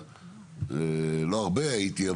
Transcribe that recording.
לא הרבה הייתי,